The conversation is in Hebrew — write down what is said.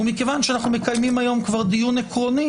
וכיוון שאנו מקיימים היום דיון עקרוני,